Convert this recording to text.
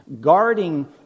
guarding